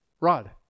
Rod